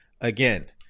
Again